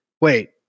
Wait